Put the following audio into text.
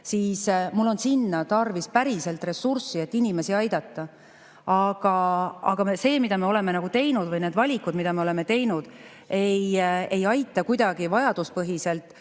siis mul on sinna tarvis päriselt ressurssi, et inimesi aidata. Aga see, mida me oleme teinud, või need valikud, mida me oleme teinud, ei aita kuidagi vajaduspõhiselt